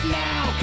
now